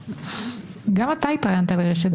גם אתה התראיינת לרשת זרה.